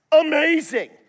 amazing